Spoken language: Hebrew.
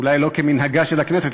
אולי שלא כמנהגה של הכנסת,